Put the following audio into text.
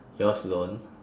yours don't